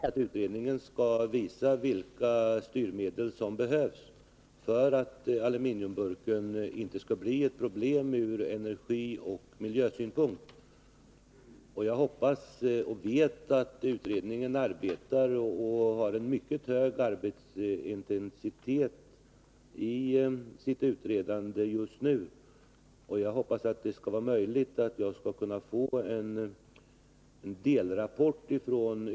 Herr talman! Jag vill bara säga till John Andersson att riksdagens uttalande 1975 naturligtvis också har observerats av PLM. Man kan nog utgå ifrån att det var detta uttalande som gjorde att PLM själv startade försöksverksamheten i bl.a. Varberg för att därigenom visa att burkarna kan omhändertas på det sätt som PLM förordar. Den utredning jag har tillsatt är i och för sig ett uttryck för att jag och andra i regeringen inte tror att detta sätt att ta hand om alla dessa burkar är tillräckligt effektivt. Jag har i direktiven angivit att utredningen skall visa vilka styrmedel som behövs för att aluminiumburken inte skall bli ett problem ur energioch miljösynpunkt.